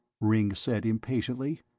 ringg said impatiently,